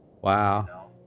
Wow